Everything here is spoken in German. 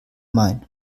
main